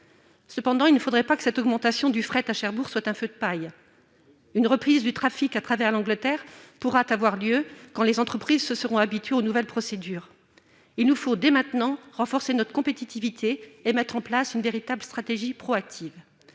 Cependant, il ne faudrait pas que l'augmentation du fret à Cherbourg soit un feu de paille. Une reprise du trafic à travers l'Angleterre pourrait avoir lieu lorsque les entreprises se seront habituées aux nouvelles procédures. Il nous faut dès maintenant renforcer notre compétitivité et mettre en place une véritable stratégie proactive.